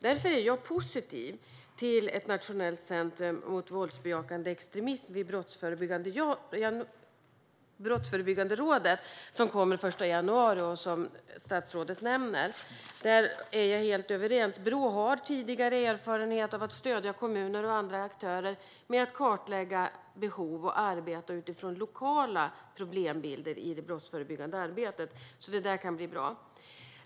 Därför är jag positiv till ett nationellt centrum mot våldsbejakande extremism vid Brottsförebyggandet rådet, som inrättas den 1 januari och som statsrådet nämner. Där är vi helt överens. Brå har tidigare erfarenhet av att stödja kommuner och andra aktörer när det gäller att kartlägga behov och att arbeta utifrån lokala problembilder i det brottsförebyggande arbetet. Det kan alltså bli bra.